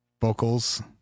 vocals